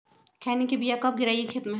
खैनी के बिया कब गिराइये खेत मे?